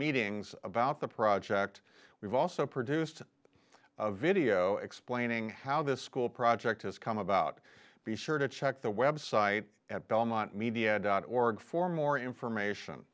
meetings about the project we've also produced a video explaining how this school project has come about be sure to check the website at belmont media dot org for more information